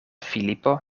filipo